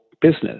business